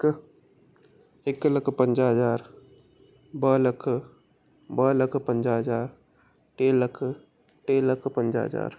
हिकु हिकु लखु पंज हज़ार ॿ लख ॿ लख पंज हज़ार टे लख टे लख पंज हज़ार